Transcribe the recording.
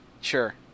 Sure